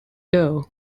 dough